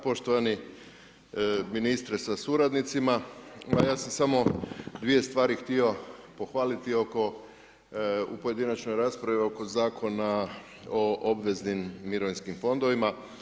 Poštovani ministre sa suradnicima, ja sam samo 2 stvari htio pohvaliti oko, u pojedinačnoj raspravi, oko Zakona o obveznim mirovinskim fondovima.